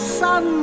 sun